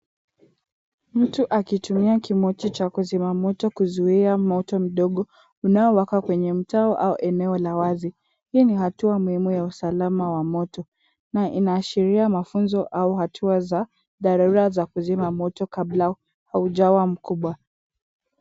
Mtu akitumia kimochi cha kuzima moto kuzuia moto mdogo, unaowaka kwenye mtaa au eneo la wazi. Hii ni hatua muhimu ya usalama wa moto na inaashiria mafunzo au hatua za dharura za kuzima moto kabla haujawa mkubwa.